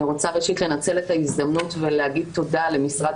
אני רוצה ראשית לנצל את ההזדמנות ולהגיד תודה למשרד